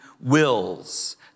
wills